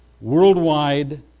worldwide